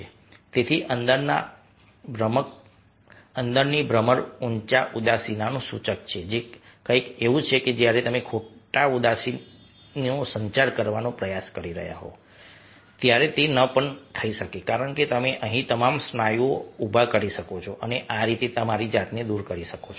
તેથી અંદરની ભ્રમર ઉંચી ઉદાસીનું સૂચક છે જે કંઈક એવું છે જે જ્યારે તમે ખોટા ઉદાસીનો સંચાર કરવાનો પ્રયાસ કરી રહ્યા હોવ ત્યારે તે ન પણ થઈ શકે કારણ કે તમે અહીં તમામ સ્નાયુઓ ઉભા કરી શકો છો અને આ રીતે તમારી જાતને દૂર કરી શકો છો